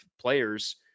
players